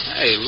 Hey